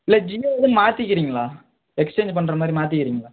இல்லை ஜியோவே மாற்றிக்கிறீங்களா எக்ஸ்சேஞ்ச் பண்ணுற மாதிரி மாற்றிக்கிறீங்களா